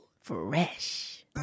Fresh